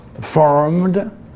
formed